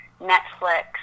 Netflix